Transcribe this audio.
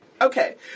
Okay